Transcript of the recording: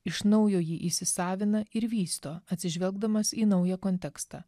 iš naujo jį įsisavina ir vysto atsižvelgdamas į naują kontekstą